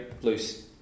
loose